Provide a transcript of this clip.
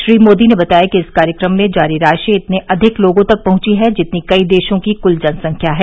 श्री मोदी ने बताया कि इस कार्यक्रम में जारी राशि इतने अधिक लोगों तक पहुंची है जितनी कई देशों की कुल जनसंख्या है